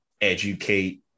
educate